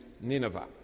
Nineveh